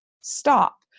stop